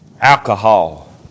Alcohol